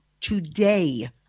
today